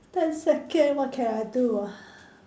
ten second what can I do ah